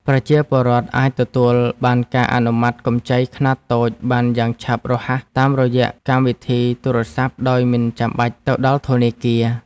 ប្រជាពលរដ្ឋអាចទទួលបានការអនុម័តកម្ចីខ្នាតតូចបានយ៉ាងឆាប់រហ័សតាមរយៈកម្មវិធីទូរស័ព្ទដោយមិនចាំបាច់ទៅដល់ធនាគារ។